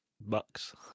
Bucks